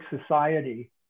Society